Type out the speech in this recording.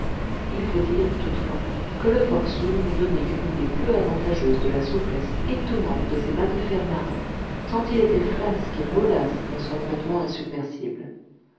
il faut dire toutefois que le phoque soun n'eût donné qu'une idée peu avantageuse de la souplesse étonnante de ces mammifères marins tant il était flasque et mollasse dans son vêtement insubmersible